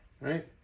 right